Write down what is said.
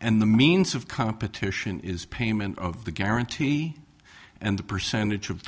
and the means of competition is payment of the guarantee and the percentage of